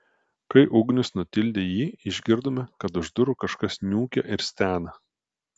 kai ugnius nutildė jį išgirdome kad už durų kažkas niūkia ir stena